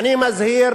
אני מזהיר